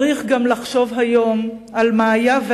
צריך גם לחשוב היום על מה היה,